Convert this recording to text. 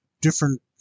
different